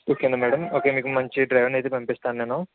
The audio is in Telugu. ఓకేనా మ్యాడం ఓకే మీకు మంచి డ్రైవర్నైతే పంపిస్తాను నేను